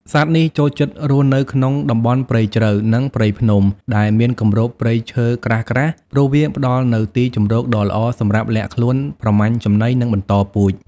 សត្វនេះចូលចិត្តរស់នៅក្នុង តំបន់ព្រៃជ្រៅ និងព្រៃភ្នំ ដែលមានគម្របព្រៃឈើក្រាស់ៗ ព្រោះវាផ្តល់នូវទីជម្រកដ៏ល្អសម្រាប់លាក់ខ្លួន ប្រមាញ់ចំណី និងបន្តពូជ។